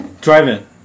Drive-in